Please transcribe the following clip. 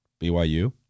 BYU